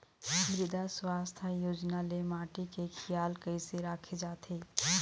मृदा सुवास्थ योजना ले माटी के खियाल कइसे राखे जाथे?